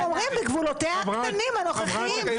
אנחנו אומרים: בגבולותיה הקטנים, הנוכחיים.